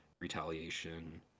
retaliation